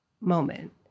moment